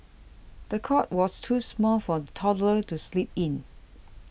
the cot was too small for the toddler to sleep in